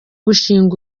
gushing